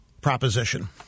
proposition